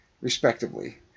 respectively